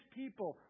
people